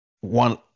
one